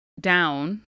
down